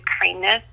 kindness